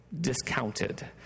discounted